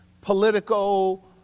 political